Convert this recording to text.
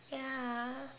ya